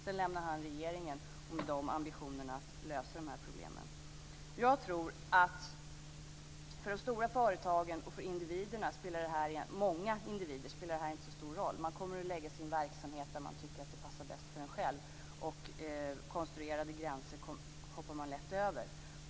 Sedan lämnade han regeringen, och med honom ambitionerna att lösa de här problemen. För de stora företagen och för många individer tror jag att detta inte spelar så stor roll. Man kommer att lägga sin verksamhet där man tycker att det passar bäst för en själv, och konstruerade gränser hoppar man lätt över.